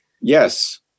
Yes